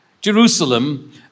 Jerusalem